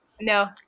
No